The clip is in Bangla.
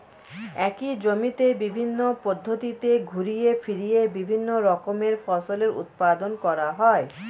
একই জমিতে বিভিন্ন পদ্ধতিতে ঘুরিয়ে ফিরিয়ে বিভিন্ন রকমের ফসলের উৎপাদন করা হয়